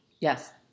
Yes